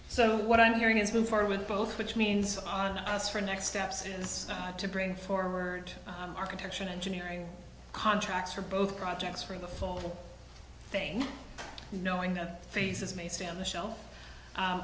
so what i'm hearing is going for with both which means on us for next steps is to bring forward architecture engineering contracts for both projects for the full thing knowing that phases may stay on the shelf